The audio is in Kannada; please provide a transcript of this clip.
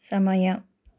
ಸಮಯ